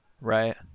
right